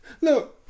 look